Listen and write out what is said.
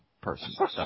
person